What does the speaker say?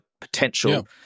potential